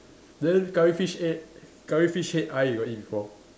then curry fish head curry fish head eye you got eat before